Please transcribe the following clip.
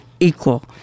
Equal